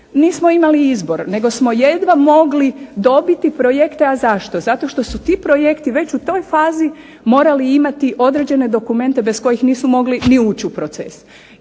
nismo imali izbor, nego smo jedva mogli dobiti projekte. A zašto? Zato što su ti projekti već u toj fazi morali imati određene dokumente bez kojih nisu mogli ni ući u proces